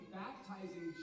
baptizing